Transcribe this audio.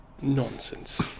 Nonsense